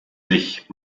sich